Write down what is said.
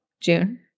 June